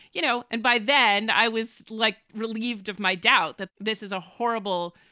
you know. and by then, i was like relieved of my doubt that this is a horrible,